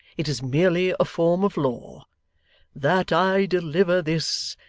it is merely a form of law that i deliver this,